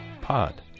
pod